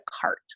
cart